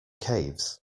caves